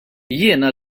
jiena